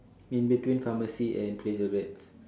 in between pharmacy and place your bets